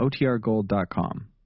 OTRGold.com